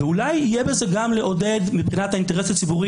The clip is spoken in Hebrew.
ואולי יהיה בזה גם לעודד מבחינת האינטרס הציבורי